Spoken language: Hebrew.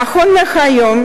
נכון להיום,